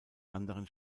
anderen